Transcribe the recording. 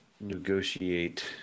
negotiate